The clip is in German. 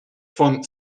von